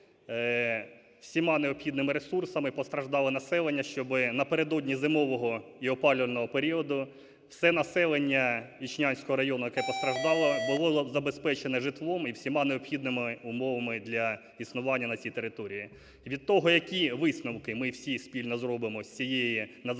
всіма необхідними ресурсами постраждале населення, щоби напередодні зимового і опалювального періоду все населення Ічнянського району, яке постраждало, було забезпечено житлом і всіма необхідними умовами для існування на цій території. Від того, які висновки ми всі спільно зробимо з цієї надзвичайної